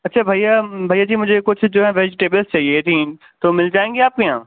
اچھا بھیا بھیا جی مجھے کچھ جو ہے ویجٹیبلس چاہیے تھیں تو مل جائیں گے آپ کے یہاں